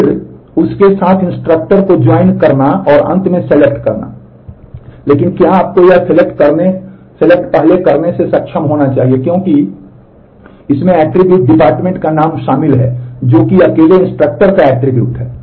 और फिर उसके साथ इंस्ट्रक्टर है